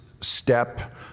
step